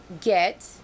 get